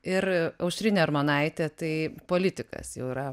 ir aušrinė armonaitė tai politikas jau yra